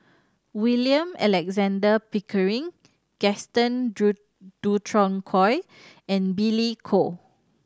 William Alexander Pickering Gaston Dutronquoy and Billy Koh